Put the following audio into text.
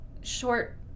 short